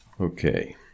Okay